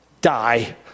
die